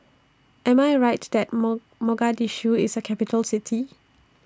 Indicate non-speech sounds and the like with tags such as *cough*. Am I Rights that *noise* Mogadishu IS A Capital City